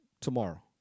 tomorrow